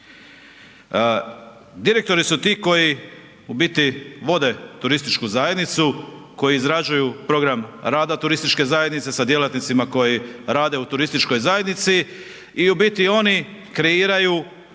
Direktori su ti koji u biti vode turističku zajednicu, koji izrađuju program rada turističke zajednice sa djelatnicima koji rade u turističkoj zajednici i u biti oni kreiraju